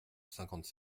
cinquante